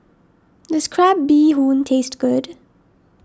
does Crab Bee Hoon taste good